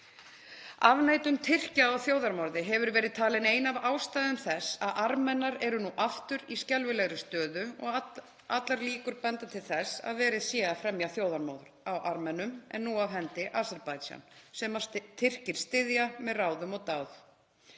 Afneitun Tyrkja á þjóðarmorði hefur verið talin ein af ástæðum þess að Armenar eru nú aftur í skelfilegri stöðu og allar líkur benda til þess að verið sé að fremja þjóðarmorð á Armenum en nú af hendi Aserbaísjan sem Tyrkir styðja með ráðum og dáð.